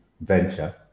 venture